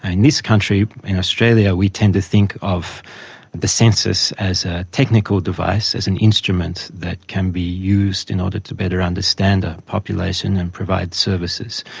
and this country, in australia, we tend to think of the census as a technical device, as an instrument that can be used in order to better understand a population and provide services,